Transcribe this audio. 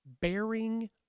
bearing